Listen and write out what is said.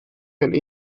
and